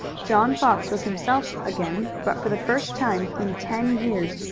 john fox was himself again, but for the first time in ten years,